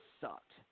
sucked